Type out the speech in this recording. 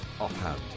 offhand